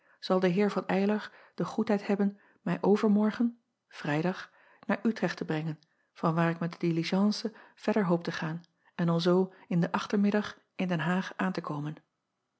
zal de eer van ylar de goedheid hebben mij overmorgen rijdag naar trecht te brengen vanwaar ik met de diligence verder hoop te gaan en alzoo in den achtermiddag in den aag aan te komen